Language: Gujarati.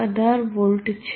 18 વોલ્ટ છે